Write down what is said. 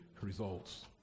results